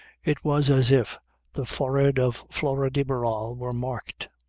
it was as if the forehead of flora de barral were marked.